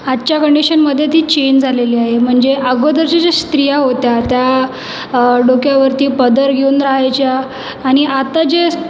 आजच्या कंडिशनमध्ये ती चेंज झालेली आहे म्हणजे अगोदरच्या ज्या स्त्रिया होत्या त्या डोक्यावरती पदर घेऊन रहायच्या आणि आता जे